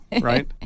right